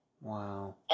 Wow